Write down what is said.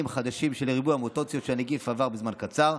חדשים בשל ריבוי המוטציות שהנגיף עבר בזמן קצר,